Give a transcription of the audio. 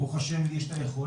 ברוך השם לי יש את היכולת,